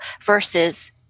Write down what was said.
versus